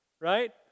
right